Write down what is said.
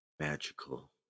Magical